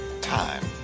time